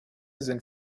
sind